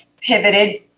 pivoted